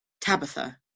Tabitha